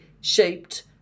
shaped